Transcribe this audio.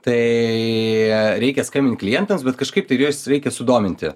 tai reikia skambint klientams bet kažkaip tai ir juos reikia sudominti